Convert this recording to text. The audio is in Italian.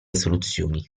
soluzioni